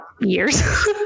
years